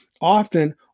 often